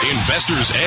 Investors